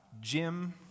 Jim